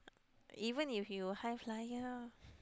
even if you high flyer